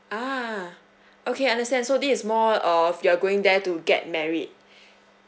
ah okay understand so this is more uh of you are going there to get married